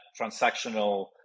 transactional